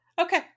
Okay